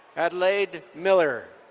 adelaide miller.